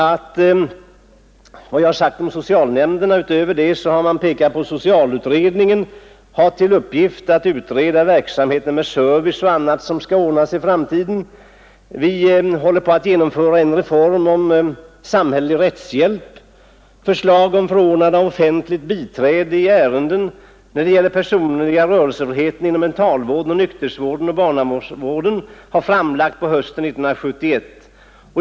Utöver vad jag refererat om socialnämnderna har utskottsmajoriteten pekat på att socialutredningen har till uppgift att klargöra hur verksamheten med bl.a. service och annat skall utformas i framtiden. Vi håller på att genomföra en reform i fråga om samhällelig rättshjälp; förslag om förordnande av offentligt biträde i ärenden som angår den personliga rörelsefriheten inom mentalvården, nykterhetsvården, barnavården m.m. har framlagts hösten 1971.